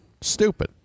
Stupid